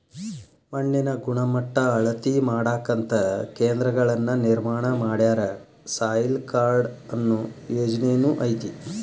ಮಣ್ಣಿನ ಗಣಮಟ್ಟಾ ಅಳತಿ ಮಾಡಾಕಂತ ಕೇಂದ್ರಗಳನ್ನ ನಿರ್ಮಾಣ ಮಾಡ್ಯಾರ, ಸಾಯಿಲ್ ಕಾರ್ಡ ಅನ್ನು ಯೊಜನೆನು ಐತಿ